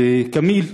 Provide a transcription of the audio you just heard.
וכמיל,